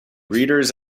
reader’s